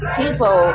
people